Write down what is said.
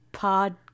pod